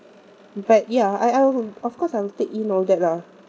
but ya I I would of course I'll take in all that ah